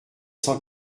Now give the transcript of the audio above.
cent